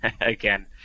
again